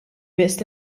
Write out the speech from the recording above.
biss